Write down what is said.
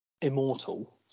immortal